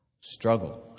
struggle